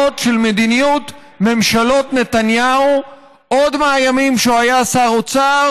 של מדיניות ממשלות נתניהו עוד מהימים שהוא היה שר האוצר